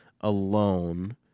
alone